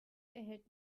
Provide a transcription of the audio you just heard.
erhält